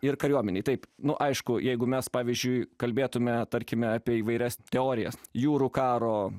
ir kariuomenei taip nu aišku jeigu mes pavyzdžiui kalbėtumėme tarkime apie įvairias teorijas jūrų karo